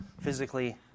physically